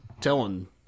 telling